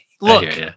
look